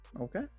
okay